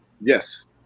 Yes